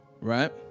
right